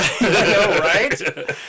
Right